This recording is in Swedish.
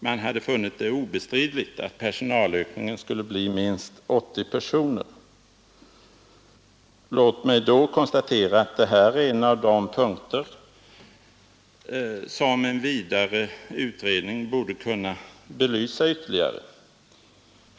Man hade funnit det obestridligt att personalökningen skulle bli minst 80 personer. Låt mig då konstatera att detta är en av de punkter som en vidare utredning borde kunna belysa ytterligare.